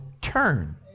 turn